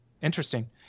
interesting